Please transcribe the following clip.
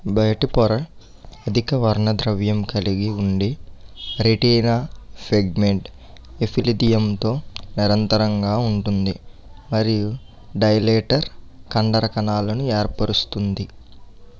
బయటి పొర అధిక వర్ణ ద్రవ్యం కలిగి ఉండి రెటీనా సెగ్మెంట్ ఎఫిలిథియంతో నిరంతరంగా ఉంటుంది మరియు డైలేటర్ కండర కణాలను ఏర్పరుస్తుంది